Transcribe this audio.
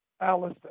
Alice